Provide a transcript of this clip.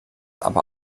aber